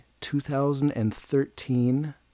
2013